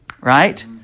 Right